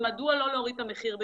מדוע להוריד את המחיר ביותר?